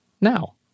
now